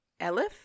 elif